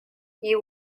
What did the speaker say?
you